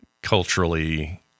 culturally